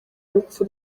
urupfu